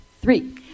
three